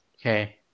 Okay